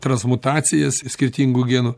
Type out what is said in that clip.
transmutacijas skirtingų genų